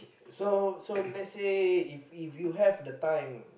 so so let's say if if you have the time